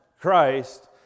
Christ